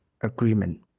agreement